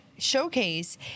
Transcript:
showcase